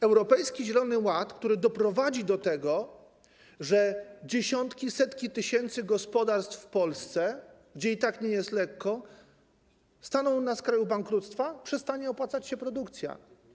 Europejski Zielony Ład, który doprowadzi do tego, że dziesiątki, setki tysięcy gospodarstw w Polsce, gdzie i tak nie jest lekko, staną na skraju bankructwa, przestanie opłacać się produkcja.